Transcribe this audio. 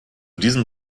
diesem